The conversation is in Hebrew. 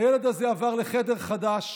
הילד הזה עבר לחדר חדש.